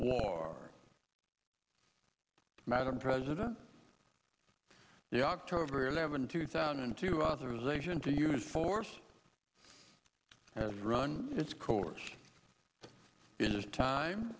war madam president the october eleventh two thousand and two authorization to use force and run its course it is time